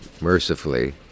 mercifully